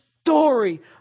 story